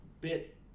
bit